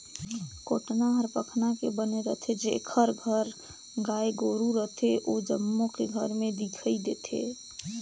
कोटना हर पखना के बने रथे, जेखर घर गाय गोरु रथे ओ जम्मो के घर में दिखइ देथे